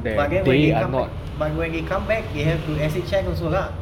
but then when they come bac~ when they come back they have to S_H_N also lah